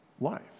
life